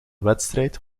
wedstrijd